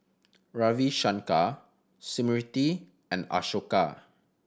Ravi Shankar Smriti and Ashoka